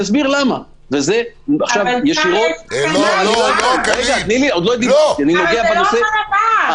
אבל זה לא אותו דבר.